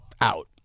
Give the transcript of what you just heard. out